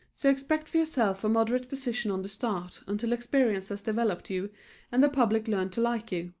so expect for yourself a moderate position on the start until experience has developed you and the public learned to like you,